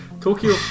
Tokyo